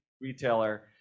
retailer